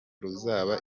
ruzaba